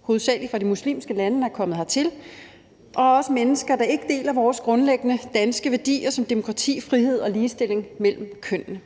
hovedsagelig fra de muslimske lande, er kommet hertil. Det gælder også mennesker, der ikke deler vores grundlæggende danske værdier som demokrati, frihed og ligestilling mellem kønnene,